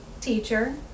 teacher